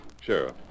Sheriff